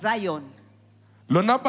Zion